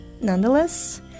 Nonetheless